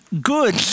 Good